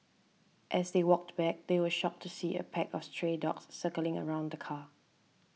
as they walked back they were shocked to see a pack of stray dogs circling around the car